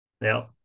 Now